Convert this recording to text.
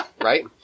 right